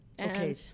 Okay